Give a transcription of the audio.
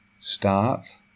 start